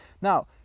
now